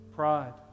pride